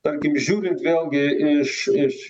tarkim žiūrint vėlgi iš iš